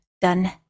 done